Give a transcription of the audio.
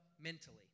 mentally